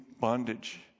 bondage